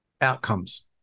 outcomes